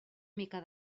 mica